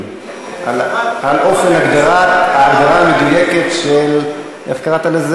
על אופן ההגדרה המדויקת של איך ההגדרה?